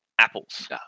Apples